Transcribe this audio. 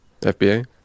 FBA